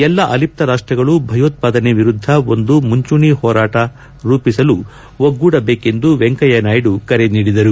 ಎಲ್ಲಾ ಅಲಿಪ್ತ ರಾಷ್ಟಗಳು ಭಯೋತ್ವಾದನೆ ವಿರುದ್ದ ಒಂದು ಮುಂಚೂಣಿ ಹೋರಾಟ ರೂಪಿಸಲು ಒಗ್ಗೂಡಬೇಕೆಂದು ವೆಂಕಯ್ಲ ನಾಯ್ಡು ಕರೆ ನೀಡಿದರು